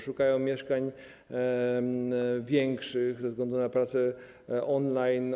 Szukają mieszkań większych ze względu na pracę online.